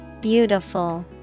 Beautiful